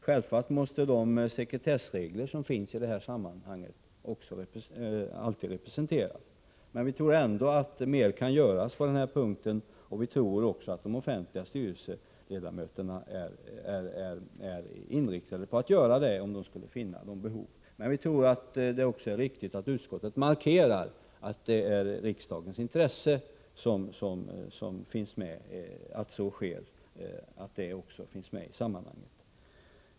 Självfallet måste de sekretessregler som finns i detta sammanhang alltid respekteras. Men vi tror ändå att mer kan göras på denna punkt, och vi tror också att de offentliga styrelseledamöterna är inriktade på detta, om behov skulle föreligga. Men vi tror även att det är riktigt att utskottet markerar att det ligger i riksdagens intresse att så sker.